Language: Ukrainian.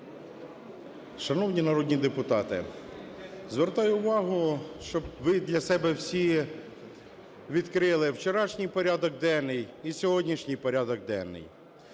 Шановні народні депутати, звертаю увагу, що ви для себе всі відкрили вчорашній порядок денний і сьогоднішній порядок денний.